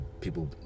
people